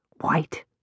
white